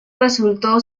resultó